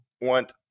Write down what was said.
want